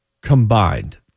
combined